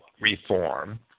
reform